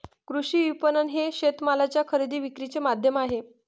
कृषी विपणन हे शेतमालाच्या खरेदी विक्रीचे माध्यम आहे